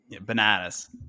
bananas